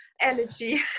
energy